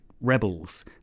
rebels